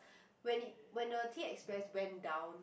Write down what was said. when it when the Tea Express went down